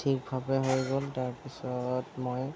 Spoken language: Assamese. ঠিকভাৱে হৈ গ'ল তাৰপিছত মই